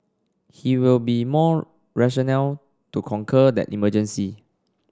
he will be more rational to conquer that emergency